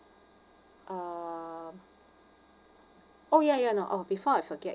um oh ya ya no oh before I forget